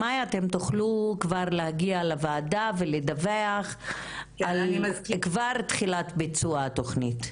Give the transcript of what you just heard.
במאי אתם תוכלו כבר להגיע לוועדה ולדווח על כבר תחילת ביצוע התוכנית.